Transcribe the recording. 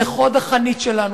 זה חוד החנית שלנו.